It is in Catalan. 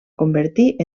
convertir